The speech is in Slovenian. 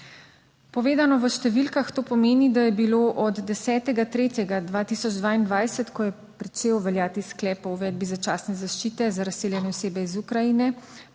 Povedano v številkah, to pomeni, da je bilo od 10. 3. 2022, ko je pričel veljati sklep o uvedbi začasne zaščite za razseljene osebe iz Ukrajine